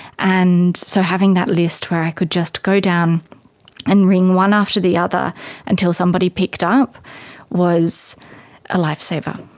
and so having that list where i could just go down and ring one after the other until somebody picked up was a lifesaver.